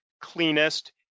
cleanest